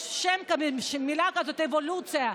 יש מילה כזאת "אבולוציה".